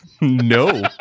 No